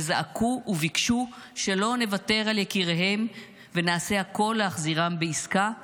וזעקו וביקשו שלא נוותר על יקיריהם ונעשה הכול להחזירם בעסקה עכשיו.